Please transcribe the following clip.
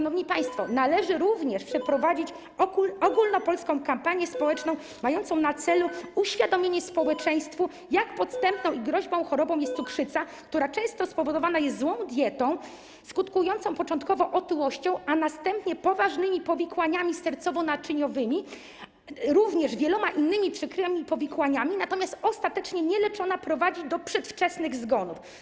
Należy również przeprowadzić ogólnopolską kampanię społeczną mającą na celu uświadomienie społeczeństwu, jak podstępną i groźną chorobą jest cukrzyca, która często spowodowana jest złą dietą, skutkującą początkowo otyłością, a następnie poważnymi powikłaniami sercowo-naczyniowymi, również wieloma innymi przykrymi powikłaniami, natomiast ostatecznie nieleczona prowadzi do przedwczesnych zgonów.